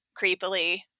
creepily